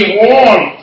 warm